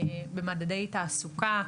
במדדי תעסוקה,